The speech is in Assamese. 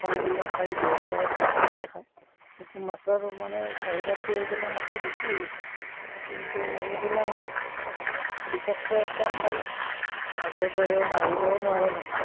খাল বিলত পায় যিহেতু কিছু মাৰি খায় সেইটো মাছৰ মানে চাহিদাটো এইবিলাক মাছৰ বেছি হৈ গৈছে কিন্তু সেইবিলাক মাছ বিশেষকৈ কম পায় আগৰ দৰে মাৰিবও নোৱাৰে মানে